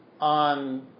on